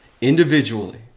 individually